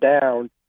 down